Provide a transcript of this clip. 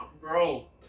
bro